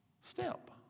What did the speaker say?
step